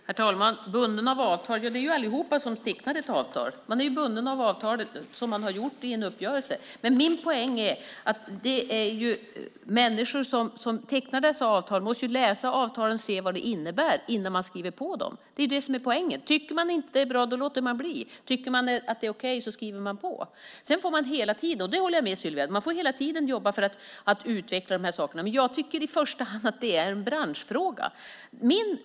Herr talman! Bunden av avtal - ja, det är alla som tecknar ett avtal. Man är bunden av det avtal som man har gjort i en uppgörelse. Min poäng är att människor som tecknar dessa avtal måste läsa avtalen och se vad de innebär innan de skriver på dem. Det är det som är poängen. Tycker man inte att det är bra låter man bli. Tycker man att det är okej skriver man på. Jag håller med Sylvia om att man hela tiden får jobba för att utveckla de här sakerna, men jag tycker att det i första hand är en branschfråga.